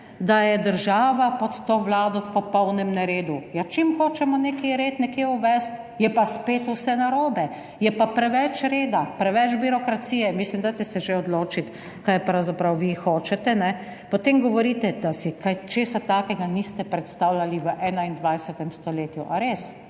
da je država pod to vlado v popolnem neredu. Ja, čim hočemo nek red nekje uvesti, je pa spet vse narobe, je pa preveč reda, preveč birokracije. Mislim, dajte se že odločiti kaj pravzaprav vi hočete. Potem govorite, da si kaj česa takega niste predstavljali v 21. stoletju. A res?